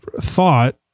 thought